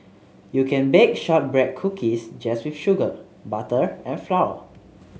you can bake shortbread cookies just with sugar butter and flour